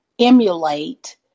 emulate